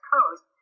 Coast